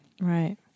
right